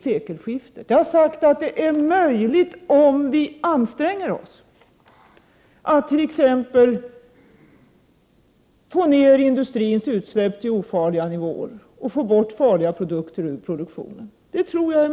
Jag har sagt att det är möjligt, om vi anstränger oss, att t.ex få ned industrins utsläpp till ofarliga nivåer och få bort farliga produkter ur produktionen.